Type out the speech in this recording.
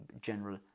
general